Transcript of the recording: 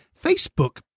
Facebook